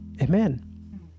Amen